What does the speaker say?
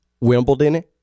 Wimbledon